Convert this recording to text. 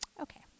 Okay